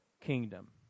kingdom